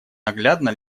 наглядно